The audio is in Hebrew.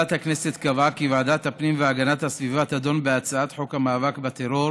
ועדת הכנסת קבעה כי ועדת הפנים והגנת הסביבה תדון בהצעת חוק המאבק בטרור